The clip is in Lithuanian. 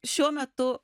šiuo metu